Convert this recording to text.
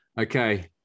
Okay